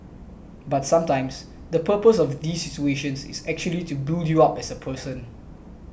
but sometimes the purpose of these situations is actually to build you up as a person